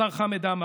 אתה היית שר, אופיר.